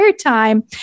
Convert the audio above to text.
time